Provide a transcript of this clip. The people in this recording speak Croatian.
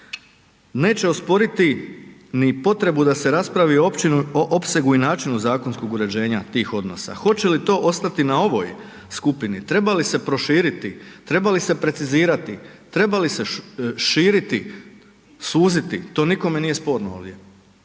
neće osporiti ni potrebu da se raspravi o opsegu i načinu zakonskog uređenja tih odnosa. Hoće li to ostati na ovoj skupini, treba li se proširiti, treba li se precizirati, treba li se širit, suziti, to nikome nije sporno ovdje.